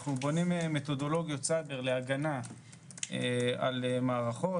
אנחנו בונים מתודולוגיות סייבר להגנה על מערכות.